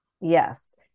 yes